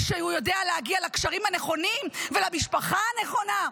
ושהוא יודע להגיע לקשרים הנכונים ולמשפחה הנכונה.